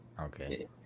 Okay